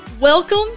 Welcome